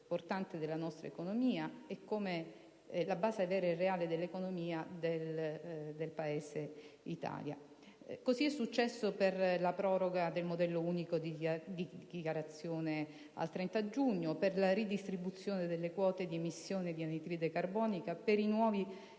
è il tessuto importante, la base vera e reale dell'economia del Paese. Così è successo per la proroga del modello unico di dichiarazione al 30 giugno, per la redistribuzione delle quote di emissione di anidride carbonica per i nuovi